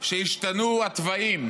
שישתנו התוואים,